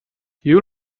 you